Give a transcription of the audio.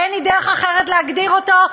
אין לי דרך אחרת להגדיר אותו,